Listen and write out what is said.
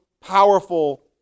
powerful